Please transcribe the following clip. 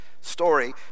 story